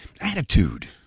Attitude